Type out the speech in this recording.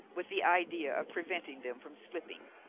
with the idea of preventing them from slipping,